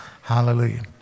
Hallelujah